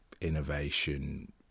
innovation